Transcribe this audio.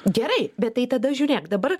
gerai bet tai tada žiūrėk dabar